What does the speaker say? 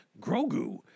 Grogu